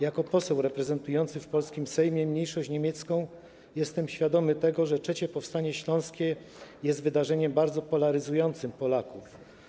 Jako poseł reprezentujący w polskim Sejmie mniejszość niemiecką, jestem świadomy tego, że III powstanie śląskie jest wydarzeniem bardzo polaryzującym Polaków.